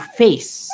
face